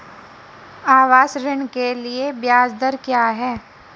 आवास ऋण के लिए ब्याज दर क्या हैं?